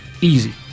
Easy